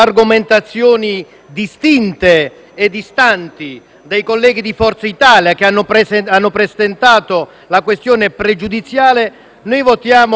distinte e distanti dai colleghi di Forza Italia, che hanno presentato la questione pregiudiziale, votiamo a favore